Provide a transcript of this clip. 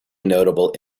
notable